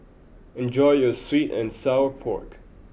enjoy your Sweet and Sour Pork